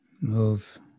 Move